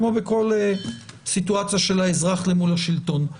כמו בכל סיטואציה של האזרח למול השלטון,